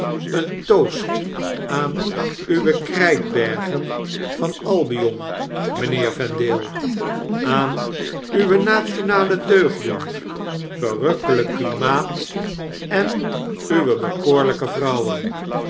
een toast aan uwe krijtbergen van a ibion mpheer vendale aan uwe nationale deugden verrukkelp klimaat en uwe bekoorlpe vrouwen